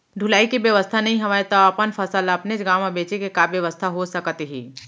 ढुलाई के बेवस्था नई हवय ता अपन फसल ला अपनेच गांव मा बेचे के का बेवस्था हो सकत हे?